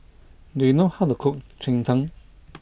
do you know how to cook Cheng Tng